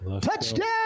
Touchdown